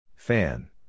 Fan